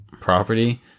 property